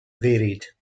varied